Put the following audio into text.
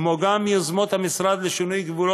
ועדת השפלה,